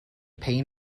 pain